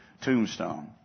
Tombstone